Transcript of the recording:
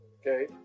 Okay